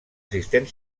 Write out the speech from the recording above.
assistent